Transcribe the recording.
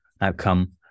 outcome